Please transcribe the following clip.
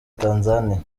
tanzania